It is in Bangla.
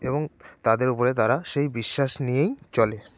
এবং তাদের ওপরে তারা সেই বিশ্বাস নিয়েই চলে